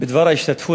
בדבר ההשתתפות,